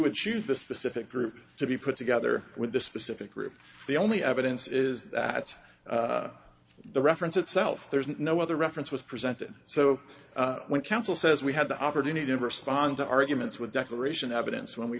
would choose the specific group to be put together with the specific group the only evidence is that the reference itself there's no other reference was presented so when counsel says we had the opportunity to respond to arguments with declaration evidence when we